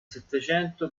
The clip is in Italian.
settecento